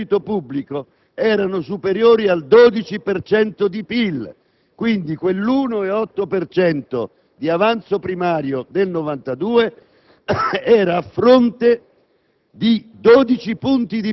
gli interessi sul debito pubblico erano superiori al 12 per cento di PIL. Quindi, quell'1,8 per cento di avanzo primario del 1992 era a fronte